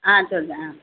ஆ சொல்லுதேன் ஆ